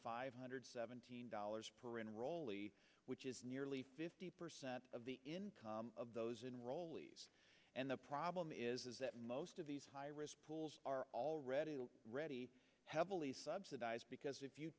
five hundred seventeen dollars per enrollee which is nearly fifty percent of the income of those enrollees and the problem is that most of these high risk pools are already ready heavily subsidized because if you